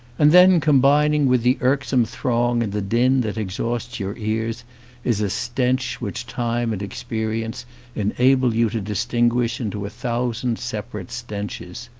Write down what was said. and then combining with the irksome throng and the din that exhausts your ears is a stench which time and experience enable you to distin guish into a thousand separate stenches.